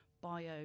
bio